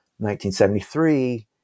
1973